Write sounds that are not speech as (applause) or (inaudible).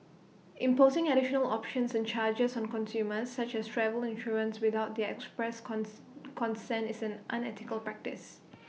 imposing additional options and charges on consumers such as travel insurance without their express (unintelligible) consent is an unethical practice